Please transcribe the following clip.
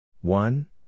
one